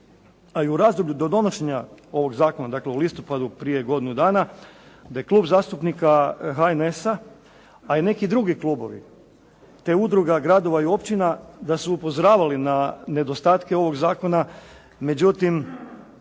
a i u razdoblju do donošenja ovog zakona dakle u listopadu prije godinu dana, da je Klub zastupnika HNS-a a i neki drugi klubovi te Udruga gradova i općina da su upozoravali na nedostatke ovog zakona međutim